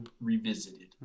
revisited